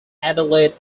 adelaide